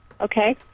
Okay